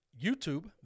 youtube